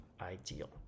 ideal